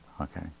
okay